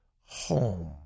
home